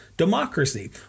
democracy